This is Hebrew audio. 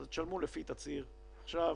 אז תשלמו לפי תצהיר עכשיו,